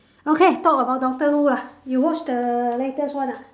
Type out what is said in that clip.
okay talk about doctor who lah you watch the latest one ah